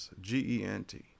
g-e-n-t